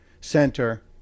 Center